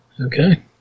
Okay